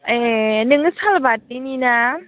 ए नोङो सालबारिनि ना